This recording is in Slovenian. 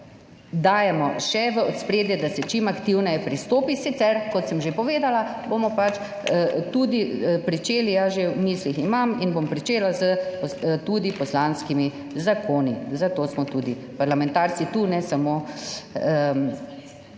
dajemo še v ospredje, da se čim aktivneje pristopi. Sicer, kot sem že povedala, bomo pač tudi pričeli, jaz že v mislih imam in bom pričela z, tudi poslanskimi zakoni, zato smo tudi parlamentarci tu, ne samo,